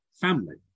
family